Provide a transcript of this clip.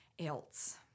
else